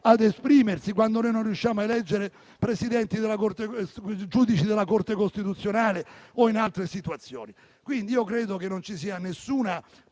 ad esprimersi, quando noi non riusciamo a eleggere i giudici della Corte costituzionale o in altre situazioni. Io credo che non ci sia alcuna